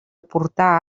portar